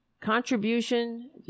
contribution